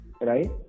right